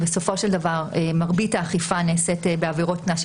כשבסופו של דבר מרבית האכיפה נעשית בעבירות קנס,